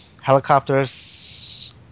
helicopters